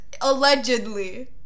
Allegedly